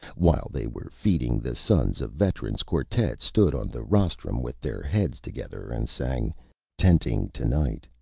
while they were feeding, the sons of veterans quartet stood on the rostrum with their heads together, and sang ten-ting to-night!